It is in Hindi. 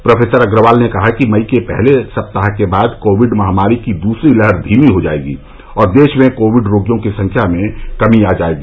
प्रोफेसर अग्रवाल ने कहा कि मई के पहले सप्ताह के बाद कोविड महामारी की दूसरी लहर धीमी हो जाएगी और देश में कोविड रोगियों की संख्या में कमी आ जाएगी